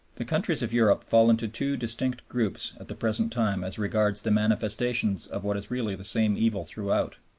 the countries of europe fall into two distinct groups at the present time as regards their manifestations of what is really the same evil throughout,